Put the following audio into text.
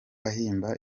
ahimba